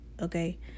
okay